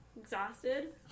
Exhausted